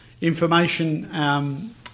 information